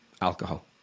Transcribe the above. alcohol